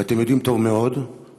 ואתם יודעים טוב מאוד שלמחרת,